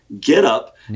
getup